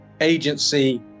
agency